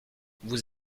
vous